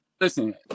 Listen